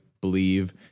believe